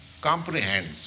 comprehends